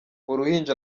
uruhinja